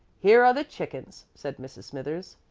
here are the chickens, said mrs. smithers.